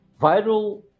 viral